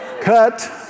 Cut